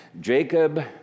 Jacob